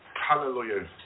Hallelujah